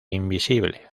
invisible